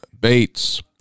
Bates